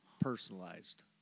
personalized